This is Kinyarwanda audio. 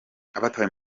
abatawe